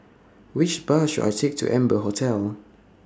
Which Bus should I Take to Amber Hotel